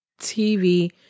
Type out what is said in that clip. TV